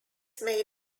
made